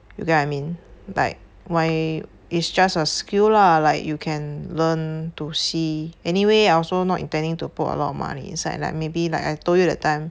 you get what I mean like why is just a skill lah like you can learn to see anyway I also not intending to put a lot of money inside like maybe like I told you that time